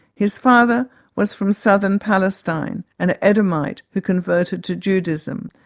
his father was from southern palestine, an edomite who converted to judaism.